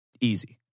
easy